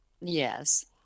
Yes